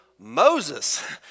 Moses